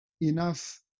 enough